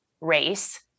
race